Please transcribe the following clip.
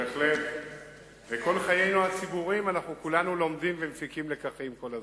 כל חיינו הציבוריים כולנו לומדים ומפיקים לקחים כל הזמן.